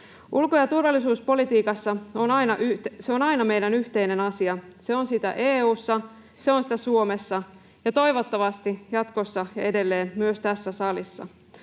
Ulko- ja turvallisuuspolitiikka on aina meidän yhteinen asia. Se on sitä EU:ssa, se on sitä Suomessa ja toivottavasti jatkossa ja edelleen myös tässä salissa.